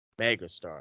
Megastar